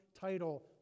title